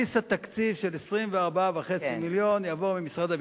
בסיס התקציב של 24.5 מיליון יעבור ממשרד הביטחון.